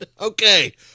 Okay